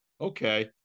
Okay